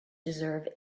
deserve